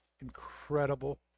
incredible